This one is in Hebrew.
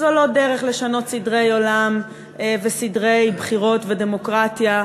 זה לא דרך לשנות סדרי עולם וסדרי בחירות ודמוקרטיה.